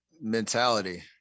mentality